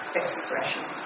expression